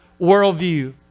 worldview